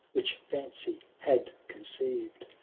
which fancy had conceived.